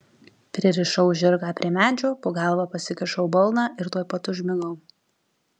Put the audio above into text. pririšau žirgą prie medžio po galva pasikišau balną ir tuoj pat užmigau